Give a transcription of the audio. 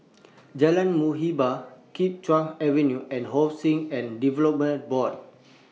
Jalan Muhibbah Kim Chuan Avenue and Housing and Development Board